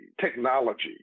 technology